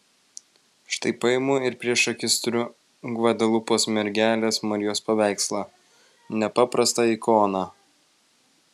štai paimu ir prieš akis turiu gvadelupos mergelės marijos paveikslą nepaprastą ikoną